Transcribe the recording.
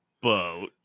boat